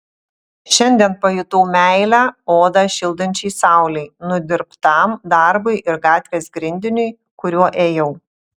šiandien pajutau meilę odą šildančiai saulei nudirbtam darbui ir gatvės grindiniui kuriuo ėjau